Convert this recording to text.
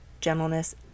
gentleness